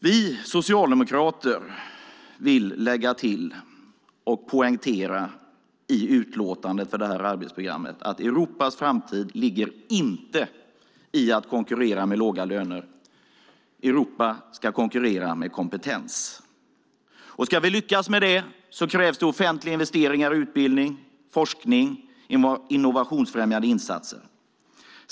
Vi socialdemokrater vill i utlåtandet över det här arbetsprogrammet lägga till och poängtera att Europas framtid inte ligger i att konkurrera med låga löner. Europa ska konkurrera med kompetens. Ska vi lyckas med det krävs det offentliga investeringar i utbildning, forskning och innovationsfrämjande insatser.